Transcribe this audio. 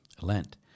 Lent